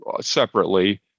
separately